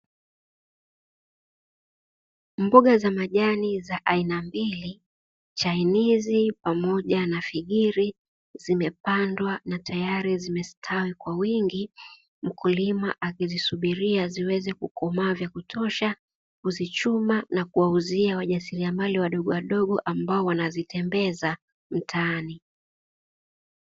Mboga za majani za aina mbili chainizi pamoja na figiri zimepandwa na tayari zimestawi kwa wingi, mkulima akizisubiria ziweze kukomaa vya kutosha kuzichuma na kuwauzia wajasiriamali wadogowadogo ambao wanazitembeza mtaani.